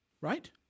Right